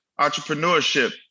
entrepreneurship